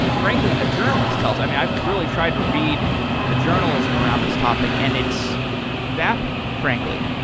frankly, a journalist tells. i've i've really tried to read the journalism around this topic and it's vapid, frankly.